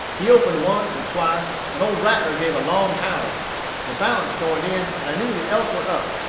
he opened once or twice, and old rattler gave a long howl the balance joined in, and i knew the elk were up.